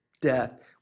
death